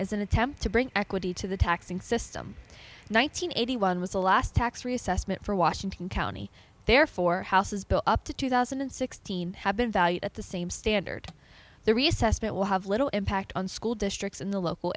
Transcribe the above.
as an attempt to bring equity to the taxing system nine hundred eighty one was a last tax reassessment for washington county therefore houses built up to two thousand and sixteen have been valued at the same standard the reassessment will have little impact on school districts in the local